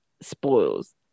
Spoils